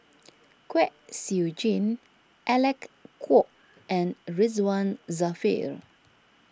Kwek Siew Jin Alec Kuok and Ridzwan Dzafir